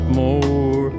more